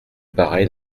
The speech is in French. pareille